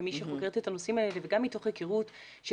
כמי שחוקרת את הנושאים האלה וגם מתוך היכרות של